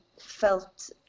felt